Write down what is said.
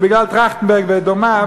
זה בגלל טרכטנברג ודומיו.